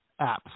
apps